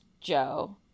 Joe